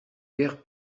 guère